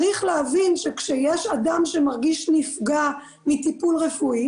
צריך להבין שכשאדם מרגיש נפגע מטיפול רפואי